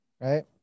Right